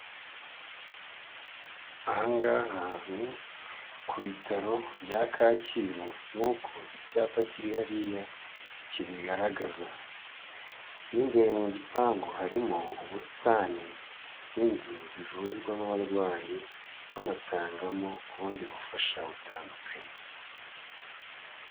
Aha ngaha ni ku bitaro bya Kacyiru nkuko icyapa kiri hariya kibigaragaza, mo imbere mu gipangu harimo ubusitani n'inzu zivurirwamo abarwayi banatangamo ubundi bufasha butandukanye.